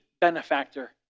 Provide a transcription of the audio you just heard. benefactor